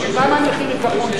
בשביל מה מניחים את הפונץ'-בננה?